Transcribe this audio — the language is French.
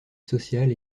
sociale